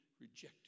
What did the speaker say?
rejected